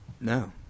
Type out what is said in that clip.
No